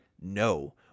no